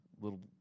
little